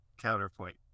Counterpoint